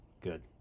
good